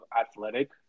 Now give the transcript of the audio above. athletic